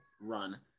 run